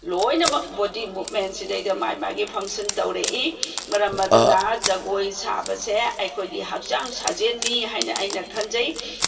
ꯂꯣꯏꯅꯃꯛ ꯕꯣꯗꯤ ꯃꯨꯞꯃꯦꯟ ꯁꯤꯗꯩꯗ ꯃꯥ ꯃꯥꯒꯤ ꯐꯪꯁꯟ ꯇꯧꯔꯛꯏ ꯃꯔꯝ ꯑꯗꯨꯅ ꯖꯒꯣꯏ ꯁꯥꯕꯁꯦ ꯑꯩꯈꯣꯏꯒꯤ ꯍꯛꯆꯥꯡ ꯁꯥꯖꯦꯟꯅꯤ ꯍꯥꯏꯅ ꯑꯩꯅ ꯈꯟꯖꯩ